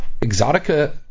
Exotica